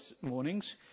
mornings